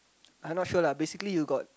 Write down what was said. I'm not sure lah basically you'll got